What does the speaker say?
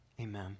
amen